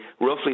roughly